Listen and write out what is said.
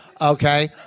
Okay